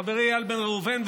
חברי איל בן ראובן,